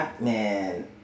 man